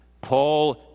Paul